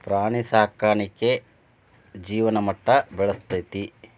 ಪ್ರಾಣಿ ಸಾಕಾಣಿಕೆ ಜೇವನ ಮಟ್ಟಾ ಬೆಳಸ್ತತಿ